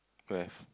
don't have